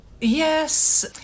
Yes